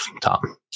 Tom